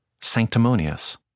sanctimonious